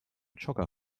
jogger